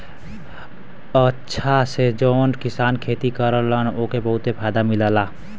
अचछा से जौन किसान खेती करलन ओके बहुते फायदा मिलला